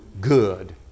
good